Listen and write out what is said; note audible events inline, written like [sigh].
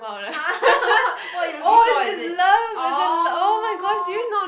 !huh! [laughs] what what are you looking for is it orh